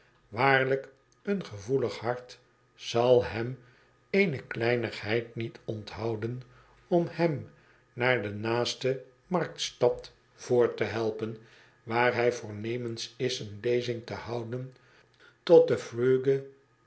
waarlijk een gevoelig hart zal hem eene kleinigheid niet onthouden om hem naar de naaste marktstad voort te helpen waar hij voornemens is eene lezing te houden tot de